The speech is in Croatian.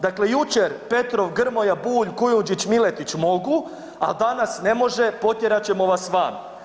Dakle, jučer Petrov, Grmoja, Bulj, Kujundžić, Miletić mogu, a danas ne može, potjerat ćemo vas van.